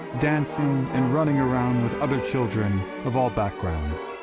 dancing and running around with other children of all backgrounds,